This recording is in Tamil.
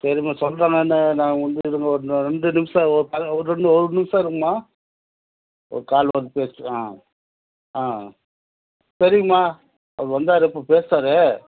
சரிம்மா சொல்கிறேன் நானு நான் வந்து இதுங்க வந்து ரெண்டு நிமிஷம் ஒரு ப ஒரு ரெண்ட் ஒரு நிமிஷம் இருங்கம்மா ஒரு கால் வருது பேசிவிட்டு ஆ ஆ சரிம்மா அவரு வந்தாரு இப்போ பேசிட்டாரு